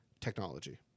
technology